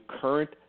current